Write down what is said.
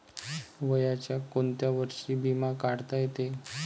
वयाच्या कोंत्या वर्षी बिमा काढता येते?